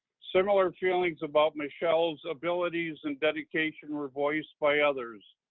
similar feelings about michelle's abilities and dedication were voiced by others,